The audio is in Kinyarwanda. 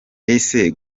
ese